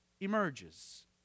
emerges